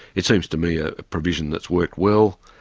it seems to me a provision that's worked well,